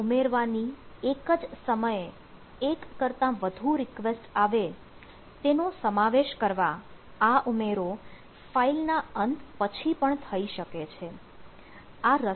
data ઉમેરવાની એક જ સમયે એક કરતાં વધુ રિક્વેસ્ટ આવે તેનો સમાવેશ કરવા આ ઉમેરો ફાઇલ ના અંત પછી પણ થઈ શકે છે